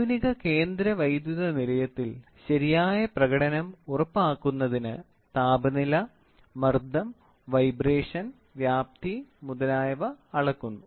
ആധുനിക കേന്ദ്ര വൈദ്യുത നിലയത്തിൽ ശരിയായ പ്രകടനം ഉറപ്പാക്കുന്നതിന് താപനില മർദ്ദം വൈബ്രേഷൻ വ്യാപ്തി മുതലായവ അളക്കുന്നു